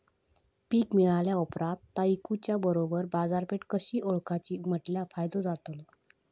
पीक मिळाल्या ऑप्रात ता इकुच्या बरोबर बाजारपेठ कशी ओळखाची म्हटल्या फायदो जातलो?